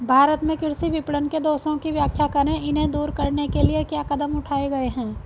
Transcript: भारत में कृषि विपणन के दोषों की व्याख्या करें इन्हें दूर करने के लिए क्या कदम उठाए गए हैं?